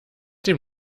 dem